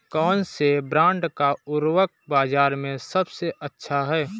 कौनसे ब्रांड का उर्वरक बाज़ार में सबसे अच्छा हैं?